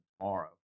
Tomorrow